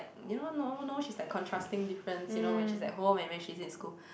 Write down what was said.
you know normal normal she's like contrasting difference you know when she's at home and when she's in school